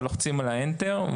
ולוחצים על האנטר.